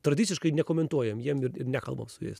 tradiciškai nekomentuojam jiem ir ir nekalbam su jais